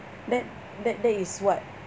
that that that is what